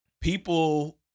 people